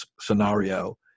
scenario